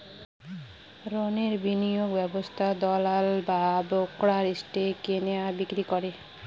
রণের বিনিয়োগ ব্যবস্থায় দালাল বা ব্রোকার স্টক কেনে আর বিক্রি করে